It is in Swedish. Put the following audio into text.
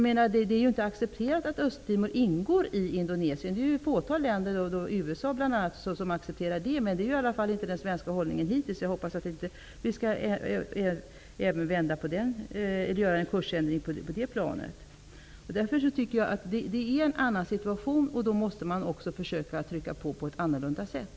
Men det är ju inte accepterat att Östtimor ingår i Indonesien. Det är ett fåtal länder, bl.a. USA, som accepterar det. Det är i varje fall inte den svenska hållningen hittills. Jag hoppas att vi inte skall göra en kursändring på det planet. Situationen är en annan, och då måste man också försöka trycka på på ett annorlunda sätt.